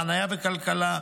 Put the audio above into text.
חניה וכלכלה,